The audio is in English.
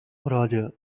roger